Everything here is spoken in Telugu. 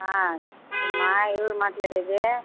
ఏమ్మా ఎవరు మాట్లాడేది